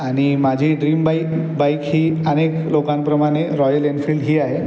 आणि माझी dream bike bike ही अनेक लोकांप्रमाणे रॉयल एन्फील्ड ही आहे